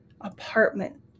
apartment